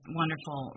wonderful